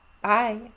Bye